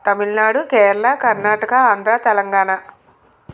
Tamil Nadu Kerala Karnataka Andhra Telangana